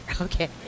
okay